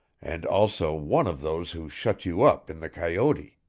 and also one of those who shut you up in the coyote.